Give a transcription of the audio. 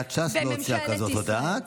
סיעת ש"ס לא הוציאה כזאת הודעה,